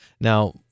Now